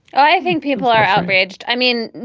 i think people are outraged. i mean,